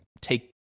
take